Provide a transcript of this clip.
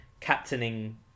captaining